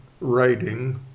writing